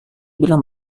bilang